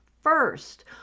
first